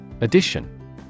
Addition